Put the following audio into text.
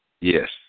Yes